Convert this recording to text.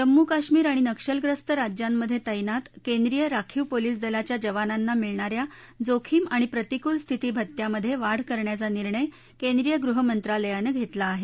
जम्मू काश्मीर आणि नक्षलग्रस्त राज्यांमध्यत्तिनात केंद्रीय राखीव पोलीस दलाच्या जवानांना मिळणा या जोखीम आणि प्रतिकूल स्थिती भत्त्यामध्यविढ करायचा निर्णय केंद्रीय गृह मंत्रालयानं घस्तिता आह